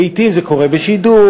לעתים זה קורה בשידוך,